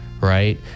right